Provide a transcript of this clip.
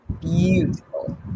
beautiful